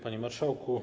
Panie Marszałku!